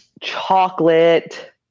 chocolate